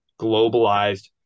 globalized